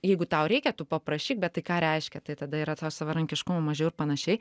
jeigu tau reikia tu paprašyk bet tai ką reiškia tai tada yra to savarankiškumo mažiau ir panašiai